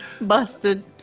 busted